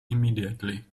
immediately